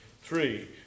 Three